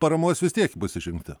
paramos vis tiek bus išrinkti